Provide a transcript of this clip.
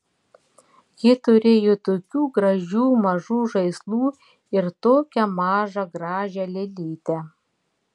ji turėjo tokių gražių mažų žaislų ir tokią mažą gražią lėlytę